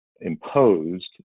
imposed